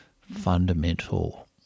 fundamental